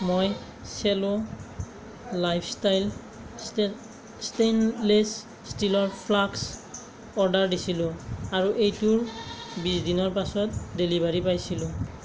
মই চেলো লাইফষ্টাইল ষ্টে ষ্টেইনলেছ ষ্টীলৰ ফ্লাস্ক অৰ্ডাৰ দিছিলোঁ আৰু এইটোৰ বিশ দিনৰ পাছত ডেলিভাৰী পাইছিলোঁ